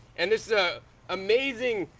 and this ah amazing,